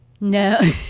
No